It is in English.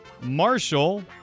Marshall